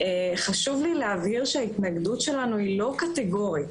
חשוב לי להבהיר שההתנגדות שלנו היא לא קטגורית